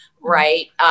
right